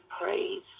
praise